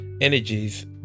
energies